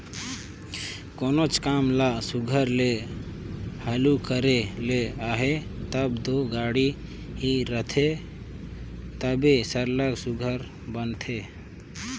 कोनोच काम ल सुग्घर ले हालु करे ले अहे तब दो गाड़ी ही रहथे तबे सरलग सुघर बनथे